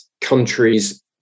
countries